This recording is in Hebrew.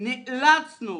נאלצנו